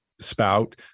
spout